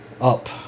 up